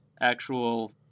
actual